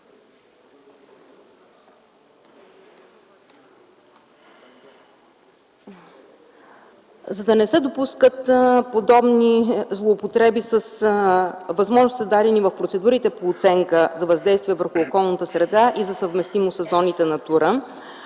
За да не се допускат подобни злоупотреби с възможностите, дадени в процедурите по оценка за въздействие върху околната среда и за съвместимост със зоните „Натура”,